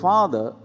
Father